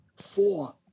Four